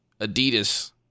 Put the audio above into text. Adidas